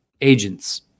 agents